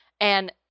And-